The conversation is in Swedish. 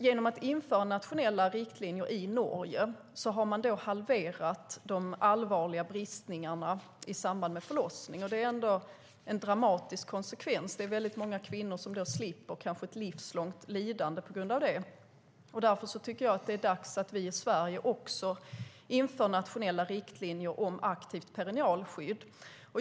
Genom att införa nationella riktlinjer i Norge har man halverat mängden allvarliga bristningar i samband med förlossning. Det är en dramatisk konsekvens. Det är många kvinnor som slipper ett livslångt lidande. Därför är det dags att vi i Sverige också inför nationella riktlinjer om aktivt perinealskydd.